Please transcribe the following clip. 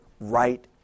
right